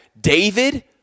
David